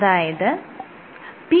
അതായത് p